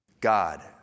God